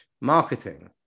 marketing